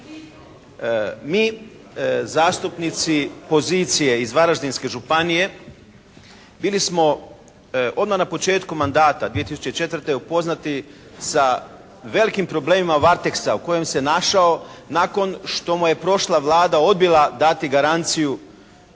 Mi zastupnici pozicije iz Varaždinske županije bili smo odmah na početku mandata 2004. upoznati sa velikim problemima "Varteksa" u kojima se našao nakon što mu je prošla Vlada odbila dati garanciju